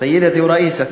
סידת א-ראיסה.